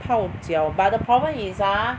泡脚 but the problem is ah